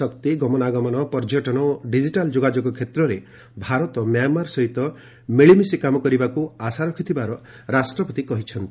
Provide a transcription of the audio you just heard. ଶକ୍ତି ଗମନାଗମନ ପର୍ଯ୍ୟଟନ ଓ ଡିଜିଟାଲ୍ ଯୋଗାଯୋଗ କ୍ଷେତ୍ରରେ ଭାରତ ମ୍ୟାଁମାର ସହିତ ମିଳିମିଶି କାମ କରିବାକୁ ଆଶା ରଖିଥିବା ରାଷ୍ଟ୍ରପତି କହିଛନ୍ତି